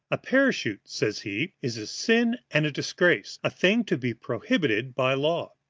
a parachute, says he, is a sin and a disgrace a thing to be prohibited by law.